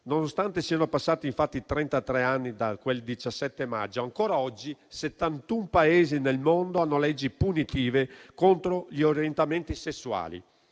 nonostante siano passati trentatré anni da quel 17 maggio, ancora oggi settantun Paesi del mondo hanno leggi punitive contro gli orientamenti sessuali.